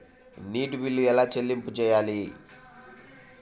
నీటి బిల్లు ఎలా చెల్లింపు చేయాలి?